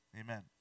Amen